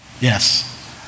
Yes